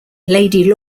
lady